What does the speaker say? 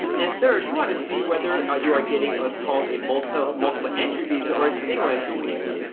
and third, you want to see whether ah you are getting what's called a multiple multiple entry visa or a single entry visa.